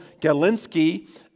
Galinsky